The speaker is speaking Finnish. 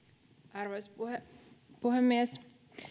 arvoisa puhemies